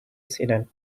solved